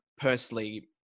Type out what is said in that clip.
personally